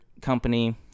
company